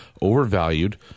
overvalued